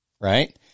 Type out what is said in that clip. Right